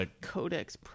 Codex